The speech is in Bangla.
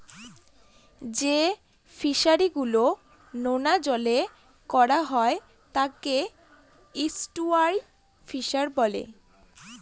যে ফিশারি গুলো নোনা জলে করা হয় তাকে এস্টুয়ারই ফিশারি বলে